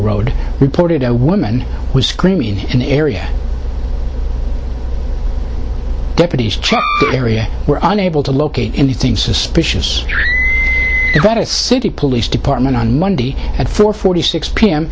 road reported a woman was screaming in an area deputies area were unable to locate anything suspicious city police department on monday at four forty six p